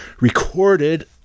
recorded